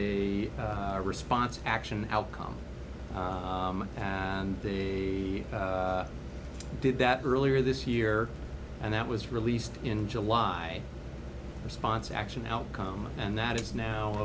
a response action outcome and they did that earlier this year and that was released in july response action outcome and that is now